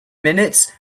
minutes